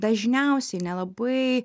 dažniausiai nelabai